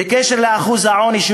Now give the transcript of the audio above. בקשר לאחוז העוני,